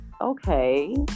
okay